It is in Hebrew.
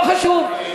לא חשוב.